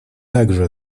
также